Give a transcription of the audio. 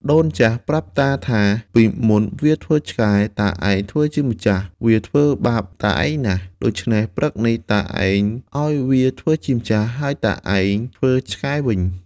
ដូនចាស់ប្រាប់តាថា ពីមុនវាធ្វើឆ្កែ តាឯងធ្វើជាម្ចាស់ វាធ្វើបាបតាឯងណាស់ ដូច្នេះព្រឹកនេះតាឯងឱ្យវាធ្វើជាម្ចាស់ ហើយតាឯងធ្វើឆ្កែវិញ។